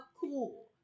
cool